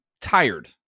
tired